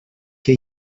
que